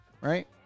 Right